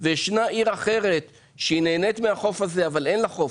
וישנה עיר אחרת שנהנית מהחוף הזה אבל אין לה חוף,